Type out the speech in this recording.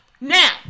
Now